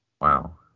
Wow